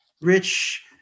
rich